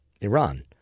Iran